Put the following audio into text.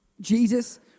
Jesus